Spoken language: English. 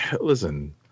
listen